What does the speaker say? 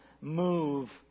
move